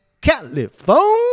California